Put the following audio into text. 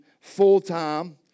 full-time